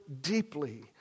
deeply